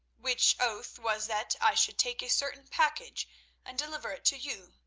which oath was that i should take a certain package and deliver it to you,